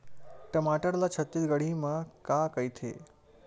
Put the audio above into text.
टमाटर ला छत्तीसगढ़ी मा का कइथे?